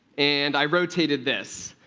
and i rotated this,